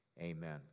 amen